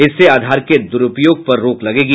इससे आधार के दुरूपयोग पर रोक लगेगी